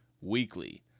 Weekly